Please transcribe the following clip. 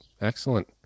Excellent